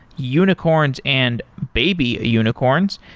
unicorns and baby unicorns.